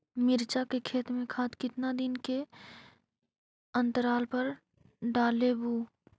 मिरचा के खेत मे खाद कितना दीन के अनतराल पर डालेबु?